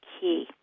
key